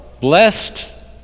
Blessed